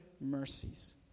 mercies